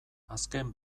azken